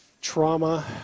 Trauma